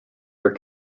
are